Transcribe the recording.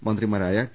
മന്ത്രിമാരായ ടി